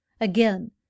Again